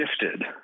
shifted